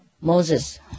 Moses